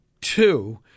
two